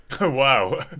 Wow